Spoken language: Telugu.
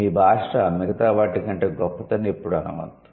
మీ భాష మిగతా వాటి కంటే గొప్పదని ఎప్పుడూ అనవద్దు